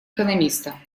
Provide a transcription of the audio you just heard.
экономиста